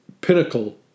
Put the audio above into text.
pinnacle